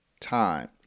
time